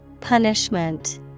Punishment